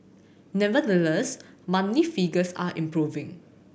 nevertheless monthly figures are improving